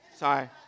Sorry